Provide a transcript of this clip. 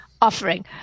offering